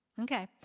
Okay